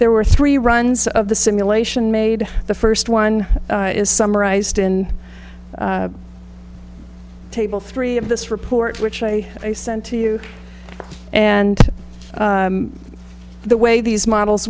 there were three runs of the simulation made the first one is summarized in table three of this report which i sent to you and the way these models